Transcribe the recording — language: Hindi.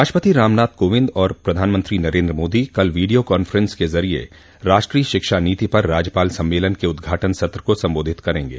राष्ट्रपति रामनाथ कोविंद और प्रधानमंत्री नरेन्द्र मोदी कल वीडियो कांफ्रेंस के जरिए राष्ट्रीय शिक्षा नीति पर राज्यपाल सम्मेलन के उदघाटन सत्र को संबोधित करेंगे